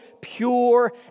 pure